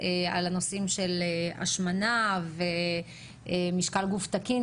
על הנושאים של השמנה ומשקל גוף תקין,